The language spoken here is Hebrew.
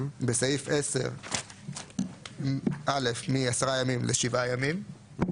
בסעיף 10 (א) מעשרה ימים לשבעה ימים,